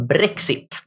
Brexit